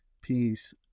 Peace